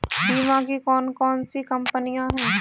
बीमा की कौन कौन सी कंपनियाँ हैं?